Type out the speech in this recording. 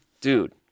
dude